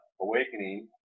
awakening